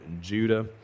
Judah